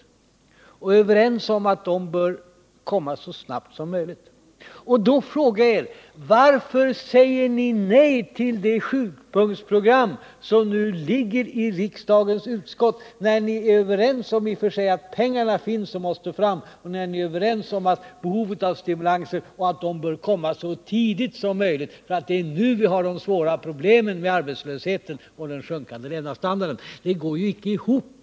Vi är också överens om att de bör komma så snabbt som möjligt. Då frågar jag er: Varför säger ni nej till det sjupunktsprogram som nu ligger för behandling i riksdagens utskott, när ni i och för sig är överens med oss om att pengarna finns och måste fram liksom om behovet av stimulanser och att dessa bör sättas in så tidigt som möjligt, eftersom det är nu vi har de svåra problemen med arbetslösheten och den sjunkande levnadsstandarden? Ert resonemang går ju inte ihop.